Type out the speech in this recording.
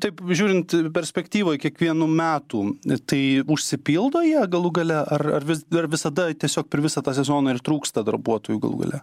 taip žiūrint perspektyvoj kiekvienų metų tai užsipildo jie galų gale ar ar vis dar visada tiesiog per visą tą sezoną ir trūksta darbuotojų galų gale